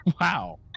Wow